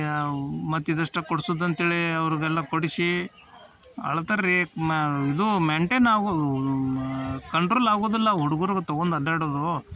ಯಾ ಮತ್ತು ಇದಿಷ್ಟು ಕೊಡ್ಸುದು ಅಂತ್ಹೇಳಿ ಅವ್ರಿಗೆಲ್ಲ ಕೊಡಿಸಿ ಅಳ್ತಾರ್ರಿ ಮಾ ಇದು ಮೇಯ್ನ್ಟೇನ್ ಆಗೂ ಮಾ ಕಂಟ್ರೋಲ್ ಆಗೋದಿಲ್ಲ ಹುಡುಗ್ರಿಗ್ ತೊಗೊಂಡ್ ಅಡ್ಡಾಡೋದು